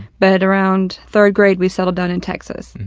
but around third grade we settled down in texas.